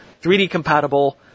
3D-compatible